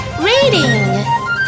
Reading